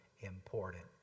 important